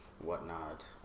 whatnot